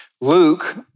Luke